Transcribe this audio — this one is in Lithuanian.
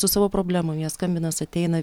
su savo problemom jie skambinas ateina